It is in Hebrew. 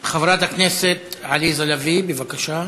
חברת הכנסת עליזה לביא, בבקשה.